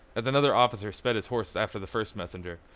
as another officer sped his horse after the first messenger,